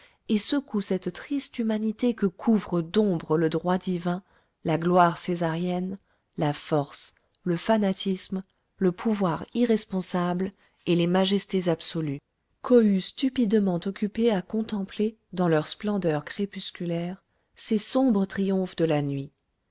et secouent cette triste humanité que couvrent d'ombre le droit divin la gloire césarienne la force le fanatisme le pouvoir irresponsable et les majestés absolues cohue stupidement occupée à contempler dans leur splendeur crépusculaire ces sombres triomphes de la nuit